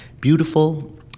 beautiful